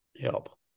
help